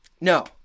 No